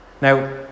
Now